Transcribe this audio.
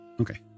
Okay